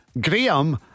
Graham